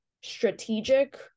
strategic